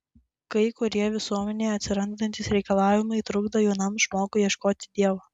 kai kurie visuomenėje atsirandantys reikalavimai trukdo jaunam žmogui ieškoti dievo